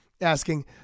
asking